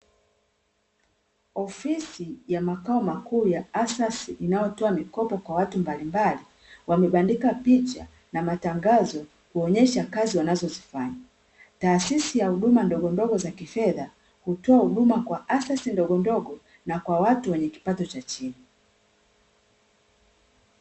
Ofisi ya makao makuu ya ASAS inayotoa mikopo kwa watu mbalimbali, wameandika picha na matangazo kuonyesha kazi wanazozifanya. Taasisi ya huduma ndogondogo za kifedha hutoa huduma kwa ASAS ndogondogo, na kwa watu wenye kipato cha chini.